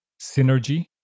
synergy